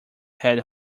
had